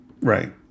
Right